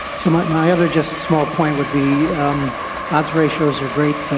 so my other just small point would be odds ratios are great, but